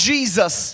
Jesus